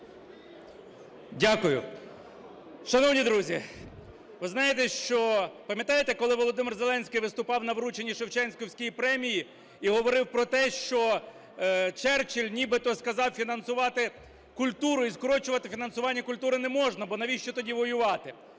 Дякую. Шановні друзі, ви знаєте, що… пам'ятаєте, коли Володимир Зеленський виступав на врученні Шевченківської премії і говорив про те, що Черчилль нібито сказав фінансувати культуру і скорочувати фінансування культури не можна, бо навіщо тоді воювати,